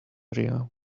priya